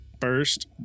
First